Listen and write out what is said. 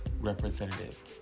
representative